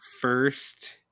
first